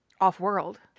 off-world